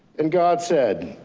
and god said,